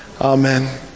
Amen